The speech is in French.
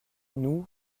nous